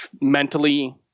mentally